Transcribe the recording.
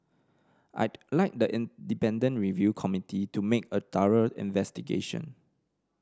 I'd like the independent review committee to make a thorough investigation